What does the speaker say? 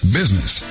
business